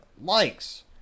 likes